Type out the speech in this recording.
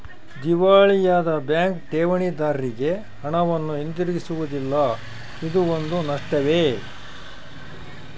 ದಿವಾಳಿಯಾದ ಬ್ಯಾಂಕ್ ಠೇವಣಿದಾರ್ರಿಗೆ ಹಣವನ್ನು ಹಿಂತಿರುಗಿಸುವುದಿಲ್ಲ ಇದೂ ಒಂದು ನಷ್ಟವೇ